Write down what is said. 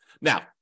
Now